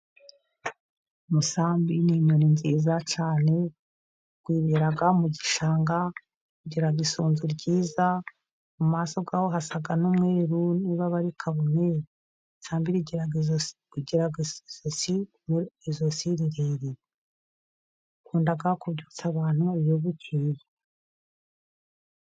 Umusambi ni inyoni nziza cyane uba mu gishanga, igira isunzu ryiza mu maso hayo hasa n'umweru n'ibaba rikaba umweru. Umusambi ugira ijosi rirerire ukunda kubyutsa abantu iyo bukeye.